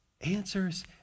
answers